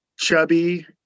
chubby